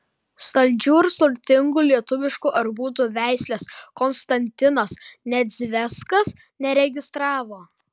saldžių ir sultingų lietuviškų arbūzų veislės konstantinas nedzveckas neregistravo